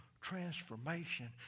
transformation